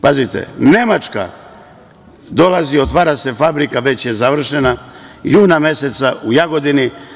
Pazite, Nemačka dolazi, otvara se fabrika, već je završena, juna meseca u Jagodini.